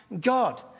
God